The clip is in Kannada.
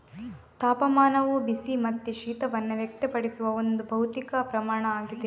ತಾಪಮಾನವು ಬಿಸಿ ಮತ್ತೆ ಶೀತವನ್ನ ವ್ಯಕ್ತಪಡಿಸುವ ಒಂದು ಭೌತಿಕ ಪ್ರಮಾಣ ಆಗಿದೆ